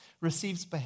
receives